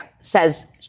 says